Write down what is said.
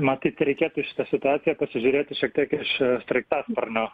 matyt reikėtų į šitą situaciją pasižiūrėti šiek tiek iš sraigtasparnio